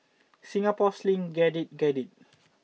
Singapore Sling get it get it